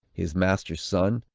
his master's son,